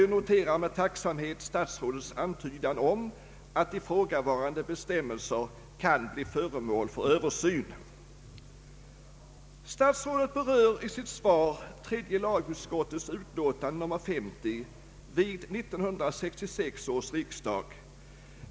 Jag noterar med tacksamhet statsrådets antydan om att ifrågavarande bestämmelser kan bli föremål för översyn. Statsrådet berör i sitt svar tredje lagutskottets utlåtande nr 50 vid 1966 års riksdag.